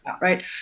Right